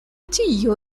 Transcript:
tio